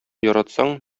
яратсаң